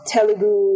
Telugu